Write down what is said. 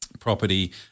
Property